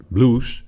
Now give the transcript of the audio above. Blues